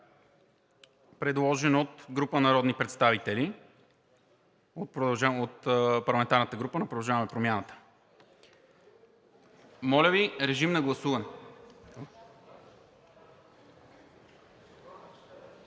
предложен от група народни представители от парламентарната група на „Продължаваме Промяната“. Моля Ви, режим на гласуване.